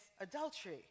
adultery